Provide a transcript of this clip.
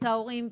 את ההורים,